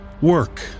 Work